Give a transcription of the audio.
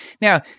Now